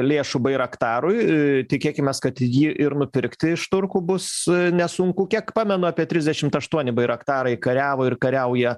lėšų bairaktarui tikėkimės kad jį ir nupirkti iš turkų bus nesunku kiek pamenu apie trisdešimt aštuoni bairaktarai kariavo ir kariauja